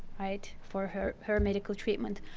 right? for her her medical treatment.